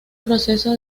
proceso